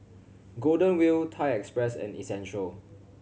Golden Wheel Thai Express and Essential